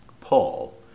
Paul